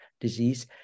disease